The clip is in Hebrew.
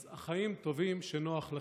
אז החיים טובים כשנוח לך,